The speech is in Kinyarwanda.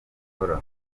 bakora